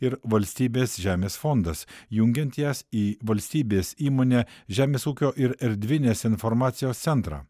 ir valstybės žemės fondas jungiant jas į valstybės įmonę žemės ūkio ir erdvinės informacijos centrą